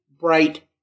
bright